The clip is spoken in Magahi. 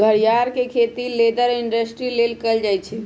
घरियार के खेती लेदर इंडस्ट्री लेल कएल जाइ छइ